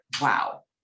wow